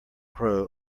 crow